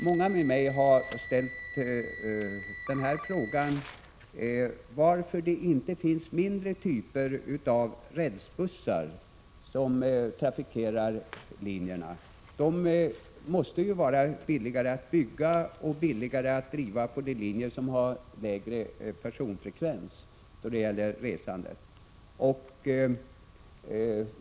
Många med mig har ställt frågan varför det inte finns mindre typer av rälsbussar som kan trafikera linjerna. De måste ju vara billigare att bygga och billigare att driva på de linjer som har lägre resandefrekvens.